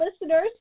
listeners